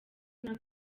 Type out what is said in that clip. nta